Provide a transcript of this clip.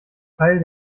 teil